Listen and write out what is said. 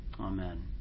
Amen